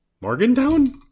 Morgantown